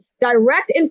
direct